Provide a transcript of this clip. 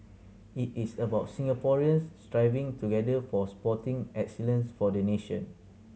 it is about Singaporeans striving together for sporting excellence for the nation